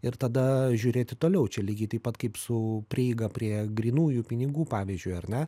ir tada žiūrėti toliau čia lygiai taip pat kaip su prieiga prie grynųjų pinigų pavyzdžiui ar ne